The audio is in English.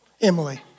Emily